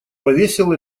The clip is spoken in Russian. повесил